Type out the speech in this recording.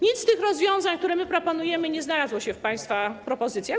Nic z tych rozwiązań, które proponujemy, nie znalazło się w państwa propozycjach.